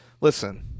listen